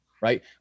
Right